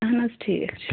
اہَن حظ ٹھیٖک چھُ